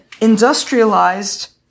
industrialized